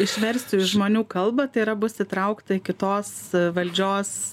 išversti į žmonių kalbą tai yra bus įtraukta į kitos valdžios